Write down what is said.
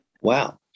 Wow